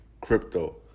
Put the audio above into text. crypto